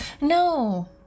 No